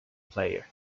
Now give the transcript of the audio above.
player